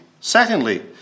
Secondly